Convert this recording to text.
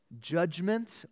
judgment